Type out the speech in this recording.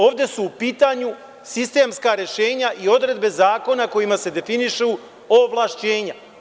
Ovde su u pitanju sistemska rešenja i odredbe zakona kojima se definišu ovlašćenja.